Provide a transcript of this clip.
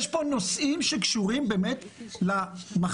יש פה נושאים שקשורים למחלוקת,